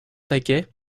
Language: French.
taquet